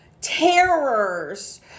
terrors